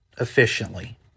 efficiently